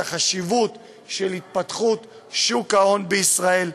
החשיבות של התפתחות שוק ההון בישראל,